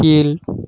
கீழ்